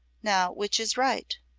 now, which is right?